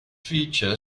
feature